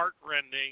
heartrending